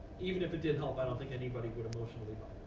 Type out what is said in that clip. even if it did help, i don't think anybody would emotionally buy